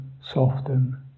soften